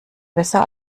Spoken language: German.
besser